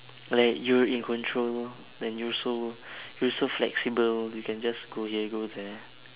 like you're in control then you're so you're so flexible you can just go here go there